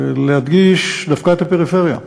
הוא להדגיש דווקא את הפריפריה.